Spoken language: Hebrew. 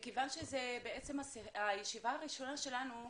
מכיוון שזו הישיבה הראשונה שלנו,